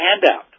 handout